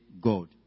God